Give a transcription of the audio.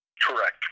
Correct